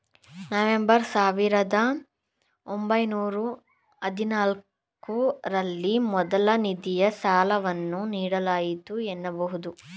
November ಸಾವಿರದ ಒಂಬೈನೂರ ಹದಿನಾಲ್ಕು ರಲ್ಲಿ ಮೊದಲ ನಿಧಿಯ ಸಾಲವನ್ನು ನೀಡಲಾಯಿತು ಎನ್ನಬಹುದು